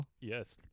Yes